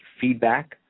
feedback